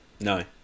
No